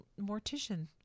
mortician